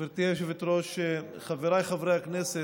גברתי היושבת-ראש, חבריי חברי הכנסת,